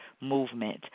movement